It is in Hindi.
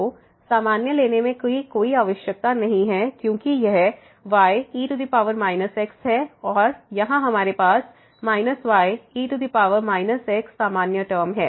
तो सामान्य लेने की कोई आवश्यकता नहीं है क्योंकि यह y e x है और यहाँ हमारे पास y e x समान टर्म है